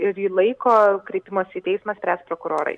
ir į laiko kreipimosi į teismą spręs prokurorai